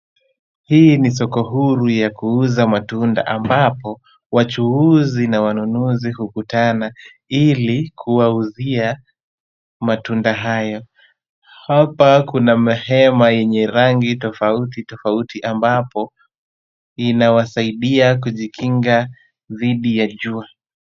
Hii ni soko huru ya kuuza matunda, ambapo wachuuzi na wanunuzi hukutana ili kuwauzia matunda hayo. Hapa kuna mahema yenye rangi tofauti tofauti ambapo, inawasaidia kujikinga dhidi ya jua.